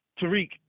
Tariq